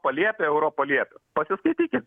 paliepė europa liepė pasiskaitykit